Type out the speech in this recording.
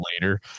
later